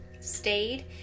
Stayed